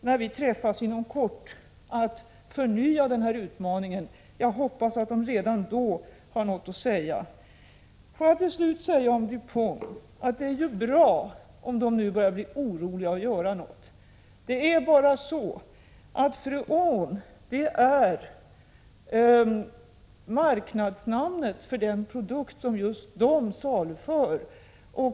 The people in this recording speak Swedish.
När vi träffas inom kort kommer jag att förnya denna utmaning. Jag hoppas att de redan då har någonting att säga. Får jag till sist säga att det är bra att Du Pont börjar bli oroligt och göra någonting. Freon är ju märkesnamnet för den produkt som just Du Pont saluför.